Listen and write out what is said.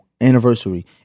Anniversary